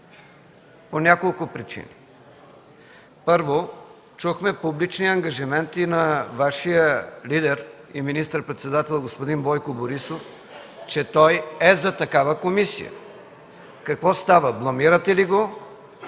по няколко причини. Първо, чухме публични ангажименти на Вашия лидер и министър-председател господин Бойко Борисов, че той е „за” такава комисия. Какво става? Бламирате ли го